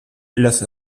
las